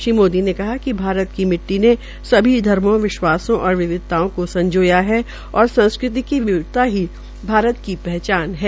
श्री मोदी ने भारत की मिट्टी ने सभी धर्मो विश्वासों और विविध्ताओं को संजोया है और संस्कृति की विविधता ही भारत की पहचान है